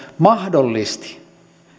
mahdollisti